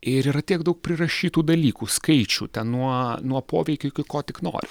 ir yra tiek daug prirašytų dalykų skaičių ten nuo nuo poveikio iki ko tik nori